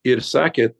ir sakė